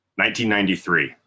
1993